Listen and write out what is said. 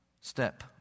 step